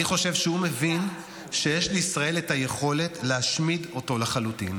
אני חושב שהוא מבין שיש לישראל את היכולת להשמיד אותו לחלוטין,